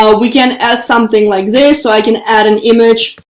ah we can add something like this so i can add an image.